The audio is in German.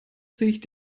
sich